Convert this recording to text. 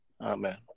Amen